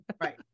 Right